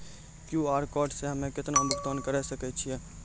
QR code से हम्मय केतना भुगतान करे सके छियै?